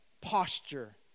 posture